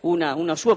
percentuale nella fase transitoria.